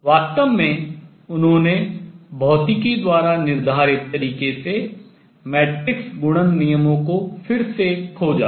वास्तव में उन्होंने भौतिकी द्वारा निर्धारित तरीके से मैट्रिक्स गुणन नियमों को फिर से खोजा